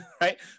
right